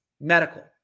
Medical